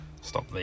stop